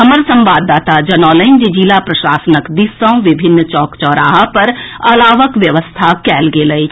हमर संवाददाता जनौलनि जे जिला प्रशासनक दिस सँ विभिन्न चौक चौराहा पर अलावक व्यवस्था कएल गेल अछि